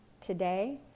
today